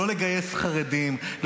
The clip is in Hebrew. לא לגייס חרדים,